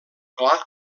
clar